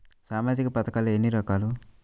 సామాజిక పథకాలు ఎన్ని రకాలు?